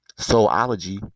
Soulology